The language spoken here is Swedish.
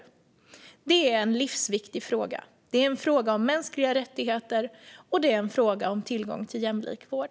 Detta är en livsviktig fråga. Det är en fråga om mänskliga rättigheter och om tillgång till jämlik vård.